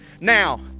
Now